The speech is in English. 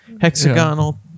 hexagonal